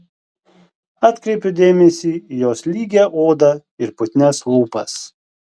atkreipiu dėmesį į jos lygią odą ir putnias lūpas